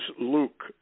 Luke